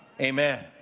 Amen